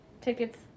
tickets